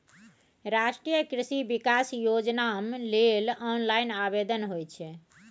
राष्ट्रीय कृषि विकास योजनाम लेल ऑनलाइन आवेदन होए छै